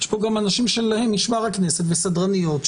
יש פה גם אנשים של משמר הכנסת וסדרניות,